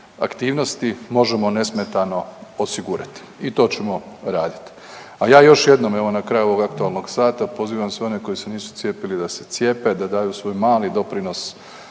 aktivnosti možemo nesmetano osigurati i to ćemo raditi. A ja još jednom evo, na kraju ovog aktualnog sata, pozivam sve one koji se nisu cijepili da se cijepe, da daju svoj mali doprinos